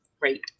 Great